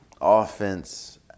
offense